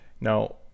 Now